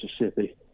mississippi